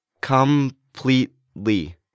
Completely